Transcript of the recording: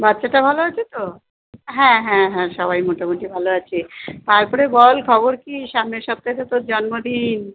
বাচ্চাটা ভালো আছে তো হ্যাঁ হ্যাঁ হ্যাঁ সবাই মোটামুটি ভালো আছে তারপরে বল খবর কী সামনের সপ্তাহে তো তোর জন্মদিন